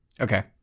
okay